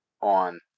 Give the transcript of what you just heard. on